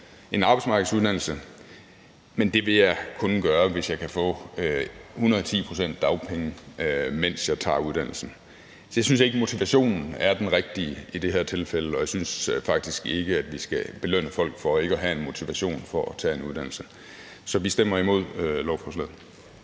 en arbejdsmarkedsuddannelse, men det vil jeg kun gøre, hvis jeg kan få 110 pct. af dagpengesatsen, mens jeg tager uddannelsen. Jeg synes ikke, motivationen er den rigtige i det her tilfælde, og jeg synes faktisk ikke, at vi skal belønne folk for ikke at have en motivation for at tage en uddannelse. Så vi stemmer imod lovforslaget.